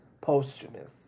Posthumous